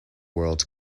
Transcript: world